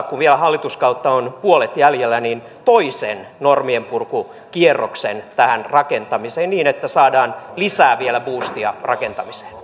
kun vielä hallituskautta on puolet jäljellä voisimmeko ottaa toisen normienpurkukierroksen tähän rakentamiseen niin että saadaan lisää vielä buustia rakentamiseen